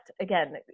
Again